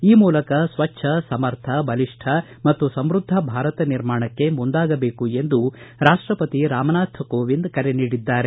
ಈ ಮೂಲಕ ಸ್ವಚ್ಛ ಸಮರ್ಥ ಬಲಿಷ್ಠ ಮತ್ತು ಸಮೃದ್ಧ ಭಾರತ ನಿರ್ಮಾಣಕ್ಕೆ ಮುಂದಾಗಬೇಕು ಎಂದು ರಾಷ್ಟಪತಿ ರಾಮನಾಥ್ ಕೋವಿಂದ್ ಕರೆ ನೀಡಿದ್ದಾರೆ